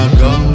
go